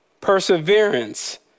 perseverance